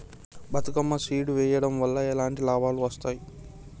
Bathukamma seed వెయ్యడం వల్ల ఎలాంటి లాభాలు వస్తాయి?